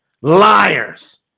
liars